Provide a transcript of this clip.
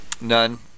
None